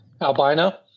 albino